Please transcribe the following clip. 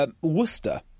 Worcester